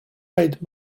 eyed